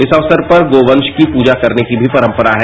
इस अवसर पर गोवश की पूजा करने की भी परंपरा है